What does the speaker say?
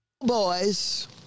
Boys